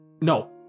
No